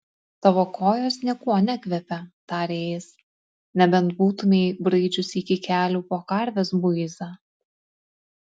tavo kojos niekuo nekvepia tarė jis nebent būtumei braidžiusi iki kelių po karvės buizą